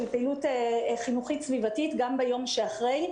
של פעילות חינוכית סביבתית גם ביום שאחרי,